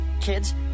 kids